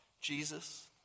Jesus